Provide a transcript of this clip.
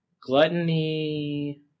Gluttony